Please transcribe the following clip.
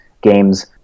games